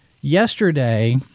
yesterday